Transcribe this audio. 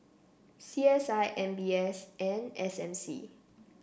C S I M B S and S M C